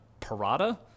parada